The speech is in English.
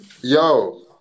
Yo